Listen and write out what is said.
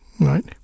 Right